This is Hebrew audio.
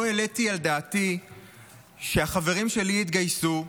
לא העליתי על דעתי שהחברים שלי יתגייסו,